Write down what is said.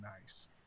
nice